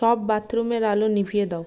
সব বাথরুমের আলো নিভিয়ে দাও